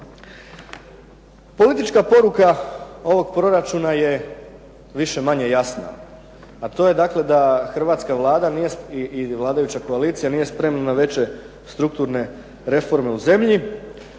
Politička poruka ovog proračuna je više manje jasna a to je dakle da hrvatska Vlada i vladajuća koalicija nije spremna na veće strukturne reforme u zemlji,